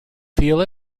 feel